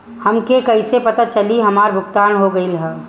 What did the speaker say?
हमके कईसे पता चली हमार भुगतान हो गईल बा?